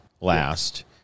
last